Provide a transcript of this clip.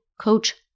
coach